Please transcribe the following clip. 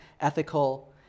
ethical